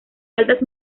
altas